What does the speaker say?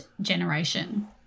generation